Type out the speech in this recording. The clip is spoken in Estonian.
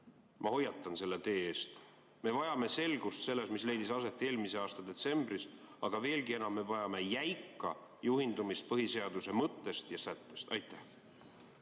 Ma hoiatan selle teest. Me vajame selgust selles, mis leidis aset eelmise aasta detsembris, aga veelgi enam vajame me jäika juhindumist põhiseaduse mõttest ja sättest. Aitäh!